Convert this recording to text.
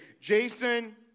Jason